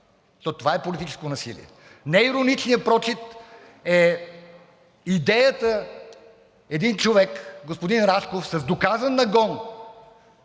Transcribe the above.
то това е политическо насилие. Неироничният прочит е идеята един човек – господин Рашков, с доказан нагон